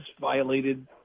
violated